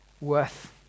worth